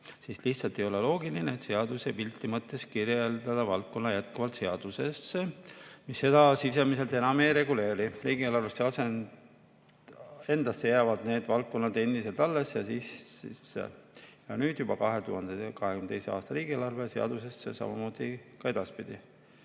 Lihtsalt ei ole loogiline seaduse pildi mõttes kirjeldada valdkondi jätkuvalt seaduses, mis seda sisuliselt enam ei reguleeri. Riigieelarvesse endasse jäävad need valdkonnad endiselt alles: nüüd on need kirjas 2022. aasta riigieelarve seaduseses ja samamoodi ka edaspidi.